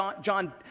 John